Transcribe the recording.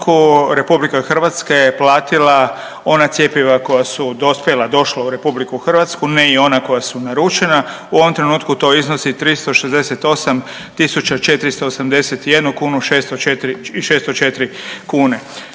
trenutku RH je platila ona cjepiva koja su dospjela, došla u RH ne i ona koja su naručena u ovom trenutku to iznosi 368.481,604 kune